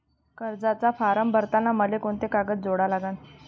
कर्जाचा फारम भरताना मले कोंते कागद जोडा लागन?